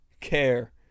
care